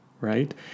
right